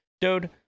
Dude